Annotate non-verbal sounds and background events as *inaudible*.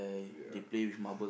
ya *breath*